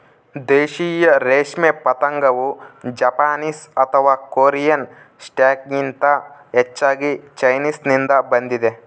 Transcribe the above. ದೇಶೀಯ ರೇಷ್ಮೆ ಪತಂಗವು ಜಪಾನೀಸ್ ಅಥವಾ ಕೊರಿಯನ್ ಸ್ಟಾಕ್ಗಿಂತ ಹೆಚ್ಚಾಗಿ ಚೈನೀಸ್ನಿಂದ ಬಂದಿದೆ